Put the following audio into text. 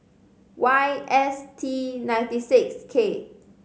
Y S T ninety six K